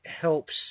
helps